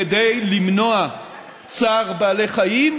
כדי למנוע צער בעלי חיים,